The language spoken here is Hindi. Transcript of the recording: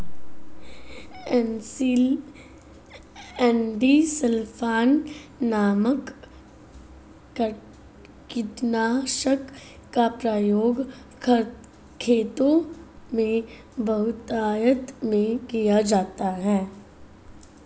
इंडोसल्फान नामक कीटनाशक का प्रयोग खेतों में बहुतायत में किया जाता है